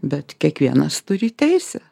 bet kiekvienas turi teisę